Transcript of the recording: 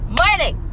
morning